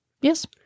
Yes